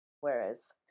Whereas